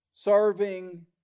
Serving